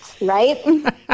Right